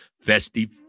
festive